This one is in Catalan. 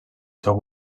seu